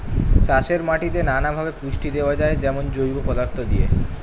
চাষের মাটিতে নানা ভাবে পুষ্টি দেওয়া যায়, যেমন জৈব পদার্থ দিয়ে